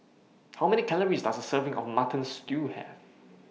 How Many Calories Does A Serving of Mutton Stew Have